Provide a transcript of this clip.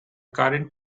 current